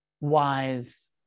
wise